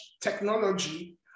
technology